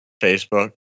Facebook